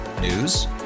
News